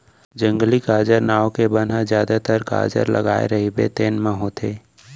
जंगली गाजर नांव के बन ह जादातर गाजर लगाए रहिबे तेन म होथे